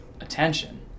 attention